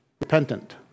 repentant